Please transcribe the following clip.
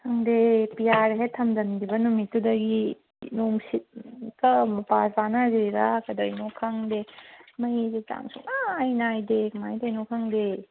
ꯈꯪꯗꯦ P R ꯍꯦꯛ ꯊꯝꯖꯤꯟꯈꯤꯕ ꯅꯨꯃꯤꯠꯇꯨꯗꯒꯤ ꯅꯨꯡꯁꯤꯠꯀ ꯃꯄꯥ ꯆꯥꯅꯔꯤꯔꯥ ꯀꯩꯗꯧꯔꯤꯅꯣ ꯈꯪꯗꯦ ꯃꯩꯁꯤ ꯆꯥꯡ ꯁꯨꯡꯅꯥꯏ ꯅꯥꯏꯗꯦ ꯀꯃꯥꯏ ꯇꯧꯔꯤꯅꯣ ꯈꯪꯗꯦ